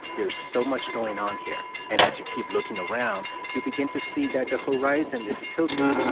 there is so much going on here, and as you keep looking around, you'll begin to see that the horizon is tilted,